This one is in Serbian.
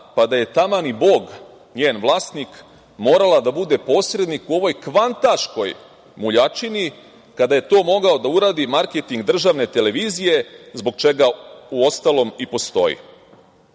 pa da je taman i Bog njen vlasnik, morala da bude posrednik u ovoj kvantaškoj muljačini kada je to mogao da uradi marketing državne televizije zbog čega uostalom i postoji“.Dakle,